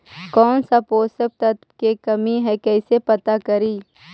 कौन पोषक तत्ब के कमी है कैसे पता करि?